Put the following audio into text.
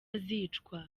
azicwa